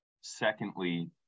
secondly